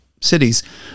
cities